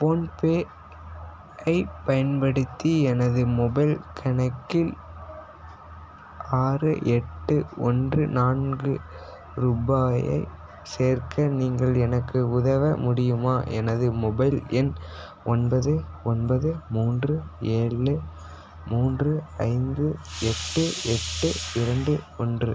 PhonePe ஐப் பயன்படுத்தி எனது மொபைல் கணக்கில் ஆறு எட்டு ஒன்று நான்கு ரூபாயை சேர்க்க நீங்கள் எனக்கு உதவ முடியுமா எனது மொபைல் எண் ஒன்பது ஒன்பது மூன்று ஏழு மூன்று ஐந்து எட்டு எட்டு இரண்டு ஒன்று